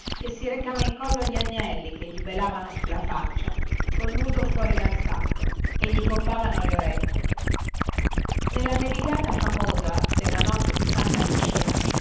e si recava in collo gli agnelli che gli belavano sulla faccia col muso fuori del sacco e gli poppavano le orecchie nella nevigata famosa della notte di santa lucia